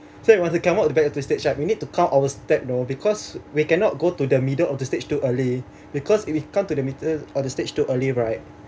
so when want to come out at the back of the stage right you need to count our step you know because we cannot go to the middle of the stage too early because if you come to the middle of the stage too early right